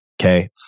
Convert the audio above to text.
okay